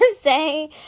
say